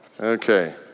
Okay